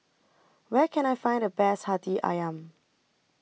Where Can I Find The Best Hati Ayam